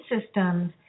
systems